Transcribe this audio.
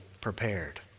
prepared